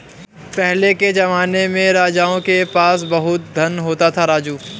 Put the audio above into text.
पहले के जमाने में राजाओं के पास बहुत धन होता था, राजू